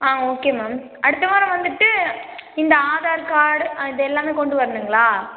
ஆ okay ma'am அடுத்த வாரம் வந்துவிட்டு இந்த ஆதார் கார்ட் இதெல்லாமே கொண்டு வரணுங்களா